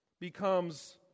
becomes